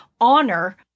honor